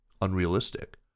unrealistic